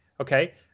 Okay